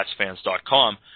PatsFans.com